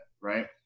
right